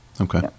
Okay